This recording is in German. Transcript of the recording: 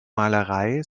malerei